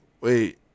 Wait